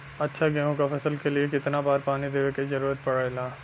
अच्छा गेहूँ क फसल के लिए कितना बार पानी देवे क जरूरत पड़ेला?